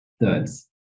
thirds